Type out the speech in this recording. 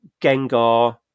Gengar